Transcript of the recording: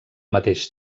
mateix